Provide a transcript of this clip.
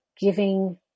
giving